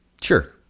Sure